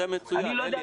זה מצוין.